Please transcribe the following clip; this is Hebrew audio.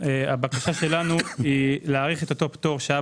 הבקשה שלנו היא להאריך את אותו פטור שהיה